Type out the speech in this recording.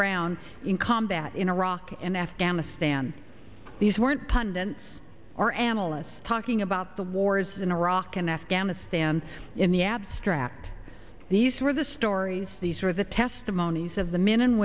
ground in combat in iraq and afghanistan these weren't pundits or analysts talking about the wars in iraq and afghanistan in the abstract these were the stories these were the testimonies of the men and